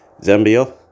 Zambia